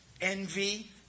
Envy